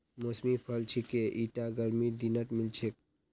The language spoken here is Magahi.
मौसमी फल छिके ईटा गर्मीर दिनत मिल छेक